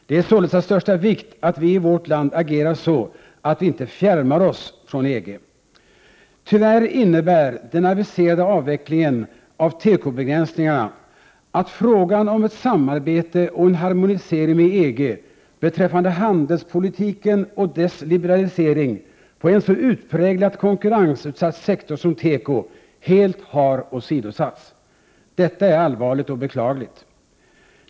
Det är således av största vikt att vi i vårt land agerar så att vi inte fjärmar oss från EG. Tyvärr innebär den aviserade avvecklingen av tekobegränsningarna att frågan .om ett samarbete och en harmonisering med EG beträffande handelspolitiken och dess liberalisering på en så utpräglat konkurrensutsatt sektor som teko helt har åsidosatts. Detta är allvarligt och beklagligt.